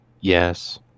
yes